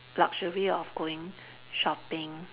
luxury of going shopping